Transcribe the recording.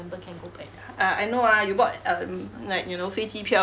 err I know ah you bought um like you know 飞机票啊